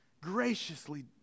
graciously